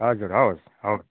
हजुर हवस् हवस्